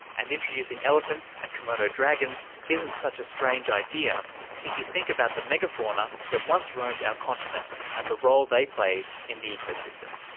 and introducing elephants and komodo dragons isn't such a strange idea if you think about the mega-fauna that once roamed our continent and the role they played in the ecosystem.